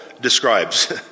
describes